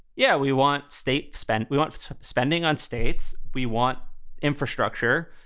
yeah, we want state spend. we want spending on states. we want infrastructure.